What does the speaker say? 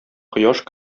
кояш